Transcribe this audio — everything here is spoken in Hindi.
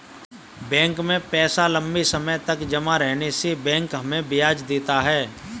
बैंक में पैसा लम्बे समय तक जमा रहने से बैंक हमें ब्याज देता है